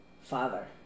father